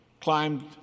climbed